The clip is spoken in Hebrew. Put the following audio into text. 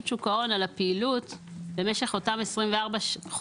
שוק ההון על הפעילות במשך אותם 24 חודשים.